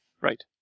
Right